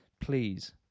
please